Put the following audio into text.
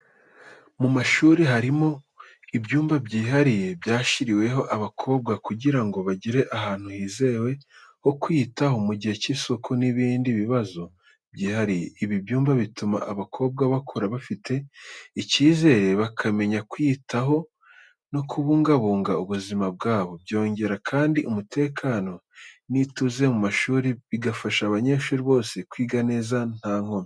Mu mashuri, hariho ibyumba byihariye byashyiriweho abakobwa, kugira ngo bagire ahantu hizewe ho kwiyitaho mu gihe cy’isuku n’ibindi bibazo byihariye. Ibi byumba bituma abakobwa bakura bafite icyizere, bakamenya kwiyitaho no kubungabunga ubuzima bwabo. Byongera kandi umutekano n’ituze mu mashuri, bigafasha abanyeshuri bose kwiga neza nta nkomyi.